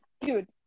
dude